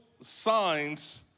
signs